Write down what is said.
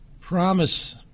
promise